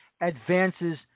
advances